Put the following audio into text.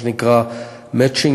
מה שנקרא מצ'ינג,